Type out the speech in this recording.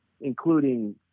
including